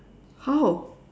how